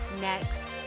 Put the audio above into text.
next